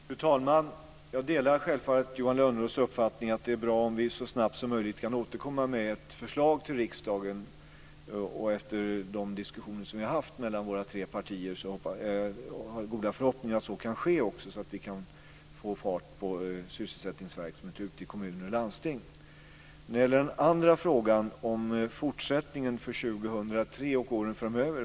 Fru talman! Jag delar självfallet Johan Lönnroths uppfattning att det är bra om vi så snabbt som möjligt kan återkomma med ett förslag till riksdagen. Efter de diskussioner som vi har haft mellan de tre partierna har jag goda förhoppningar om att så kan ske, så att vi kan få fart på sysselsättningen i verksamheter ute i kommuner och landsting. Den andra frågan gäller fortsättningen under 2003 och åren framöver.